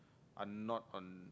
are not on